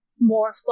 more